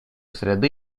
среды